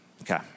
Okay